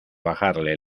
bajarle